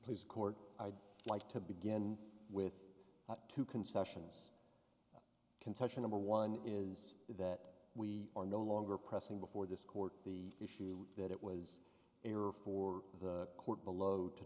ce court i'd like to begin with the two concessions concession number one is that we are no longer pressing before this court the issue that it was an error for the court below to